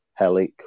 Helic